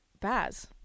Baz